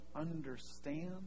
understand